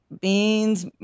beans